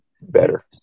better